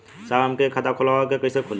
साहब हमके एक खाता खोलवावे के ह कईसे खुली?